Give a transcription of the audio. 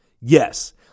yes